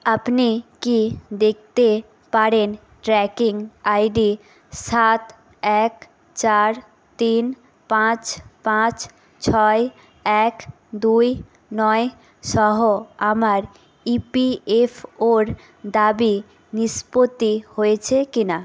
আপনি কি দেখতে পারেন ট্র্যাকিং আইডি সাত এক চার তিন পাঁচ পাঁচ ছয় এক দুই নয় সহ আমার ইপিএফওর দাবি নিষ্পতি হয়েছে কিনা